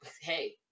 hey